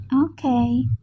Okay